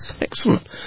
excellent